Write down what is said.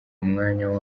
umwanya